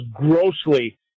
grossly